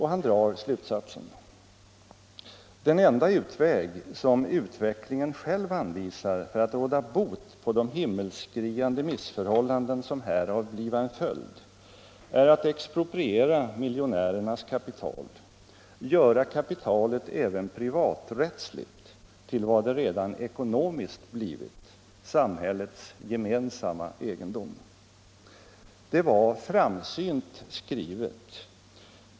Han drar slutsatsen: ”Den enda utväg, som utvecklingen själv anvisar för att råda bot på de himmelsskriande missförhållanden, som härav bliva en följd, är att expropriera miljonärernas kapital, göra kapitalet även privaträttsligt till vad det redan ekonomiskt blivit, samhällets gemensamma egendom.” Det var framsynt skrivet.